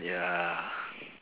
ya